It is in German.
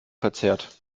verzerrt